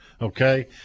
okay